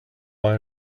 buy